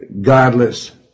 godless